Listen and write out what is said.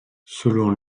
selon